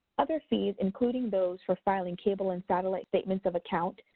other fees, including those for filing cable and satellite statements of account,